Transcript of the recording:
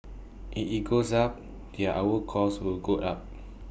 if IT goes up then our cost will go up